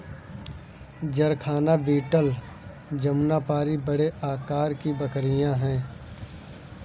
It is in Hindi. जरखाना बीटल जमुनापारी बड़े आकार की बकरियाँ हैं